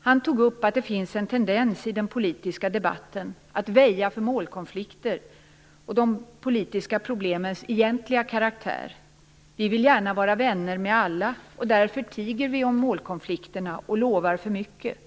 Han tog upp att det finns en tendens i den politiska debatten att väja för målkonflikter och de politiska problemens egentliga karaktär. Vi vill gärna vara vänner med alla, och därför tiger vi om målkonflikterna och lovar för mycket.